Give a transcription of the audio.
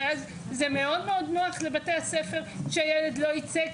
ואז זה מאוד מאוד נוח לבתי הספר שהילד לא יצא,